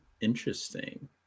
Interesting